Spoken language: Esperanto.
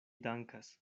dankas